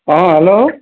অঁ হেল্ল'